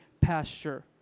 pasture